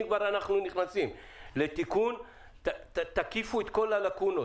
אם אנחנו כבר נכנסים לתהליך של תיקון תקיפו את כל הלקונות.